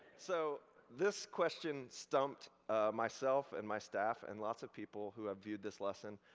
so, this question stumped myself and my staff, and lots of people who have viewed this lesson.